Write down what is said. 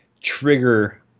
trigger